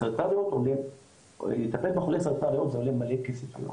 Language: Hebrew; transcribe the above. בסרטן ריאות אומרים לטפל בחולה סרטן ריאות זה עולה מלא כסף היום,